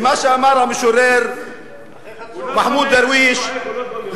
ומה שאמר המשורר מחמוד דרוויש,